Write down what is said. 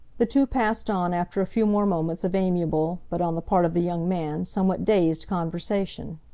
the two passed on after a few more moments of amiable but, on the part of the young man, somewhat dazed conversation.